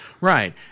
Right